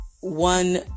one